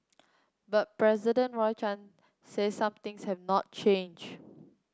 but President Roy Chan says some things have not changed